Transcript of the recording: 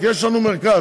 כי יש לנו מרכז.